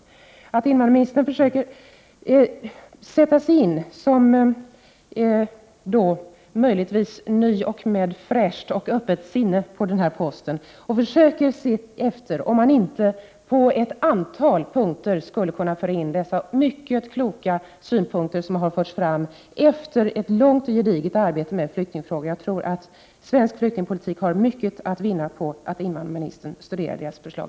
Jag hoppas att invandrarministern, som ny på den här posten och därmed med fräscht och öppet sinne, försöker sätta sig in och se efter om man inte på ett antal punkter skulle kunna föra in dessa mycket kloka synpunkter som har förts fram efter ett långt och gediget arbete med flyktingfrågor. Jag tror att svensk flyktingpolitik har mycket att vinna på att invandrarministern noga studerar deras förslag.